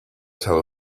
tell